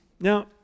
now